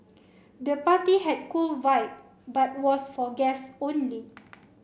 the party had cool vibe but was for guests only